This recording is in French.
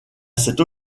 cette